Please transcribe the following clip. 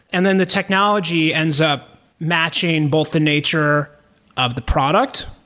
and then the technology ends up matching both the nature of the product,